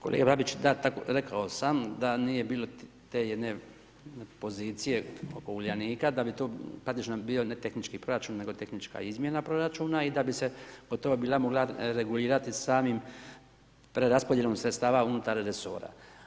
Kolega Babić, da, rekao sam da nije bilo te jedne pozicije oko Uljanika da bi to praktično bio ne tehnički proračun nego tehnička izmjena proračuna i da bi se po tome bila mogla regulirati samom preraspodjelom sredstava unutar resora.